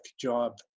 job